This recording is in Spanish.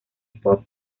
pop